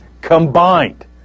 combined